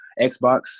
Xbox